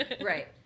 Right